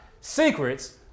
secrets